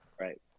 right